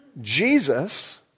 Jesus